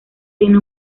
tiene